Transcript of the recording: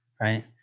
right